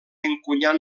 encunyar